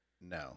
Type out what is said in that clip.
No